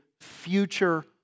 future